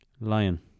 Lion